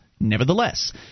Nevertheless